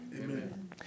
Amen